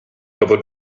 dopo